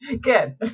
Good